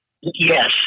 Yes